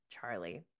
Charlie